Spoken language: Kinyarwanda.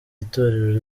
itorero